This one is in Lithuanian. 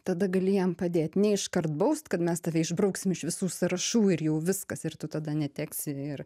tada gali jam padėt ne iškart baust kad mes tave išbrauksim iš visų sąrašų ir jau viskas ir tu tada neteksi ir